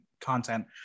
content